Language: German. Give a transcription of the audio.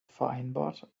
vereinbart